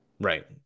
Right